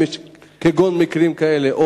אם יש עוד מקרים כגון אלה,